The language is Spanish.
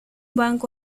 banco